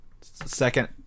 second